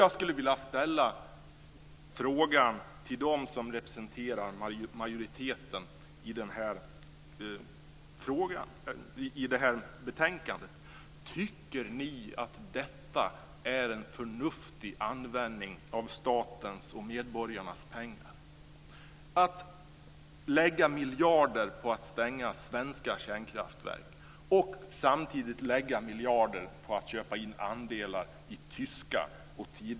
Jag skulle vilja ställa frågan till dem som representerar majoriteten i det här betänkandet: Tycker ni att detta är en förnuftig användning av statens och medborgarnas pengar?